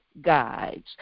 guides